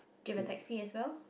do you have a taxi as well